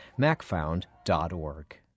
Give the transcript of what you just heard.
Macfound.org